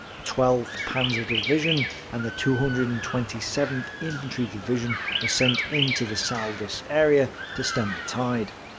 twelfth panzer division and the two hundred and twenty seventh infantry division were sent in to the saldus area to stem the tide.